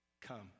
come